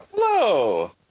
Hello